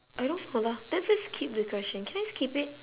I don't know lah let's just skip the question can I skip it